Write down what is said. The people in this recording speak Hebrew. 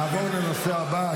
נעבור לנושא הבא,